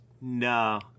no